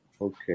Okay